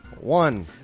one